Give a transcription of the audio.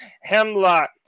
Hemlock